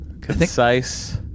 Concise